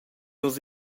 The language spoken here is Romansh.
nus